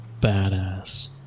badass